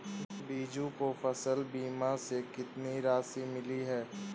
बीजू को फसल बीमा से कितनी राशि मिली है?